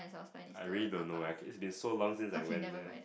I really don't know leh it's been so long since I went there